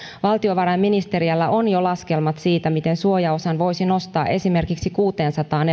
valtiovarainministeriöllä on jo laskelmat siitä miten suojaosan voisi nostaa esimerkiksi kuuteensataan